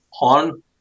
on